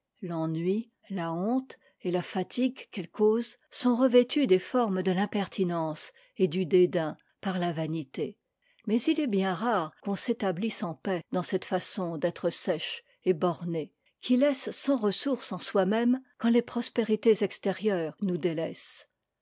l'ennui a honte et la fatigue qu'elle cause sont revètus des formes de f'impertinence et du dédain par la vanité mais il est bien rare qu'on s'établisse en paix dans cette façon d'être sèche et bornée qui laisse sans ressource en soi-même quand les prospérités extérieures nous délaissent